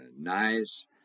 nice